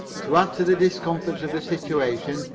to add to the discomforts of the situation,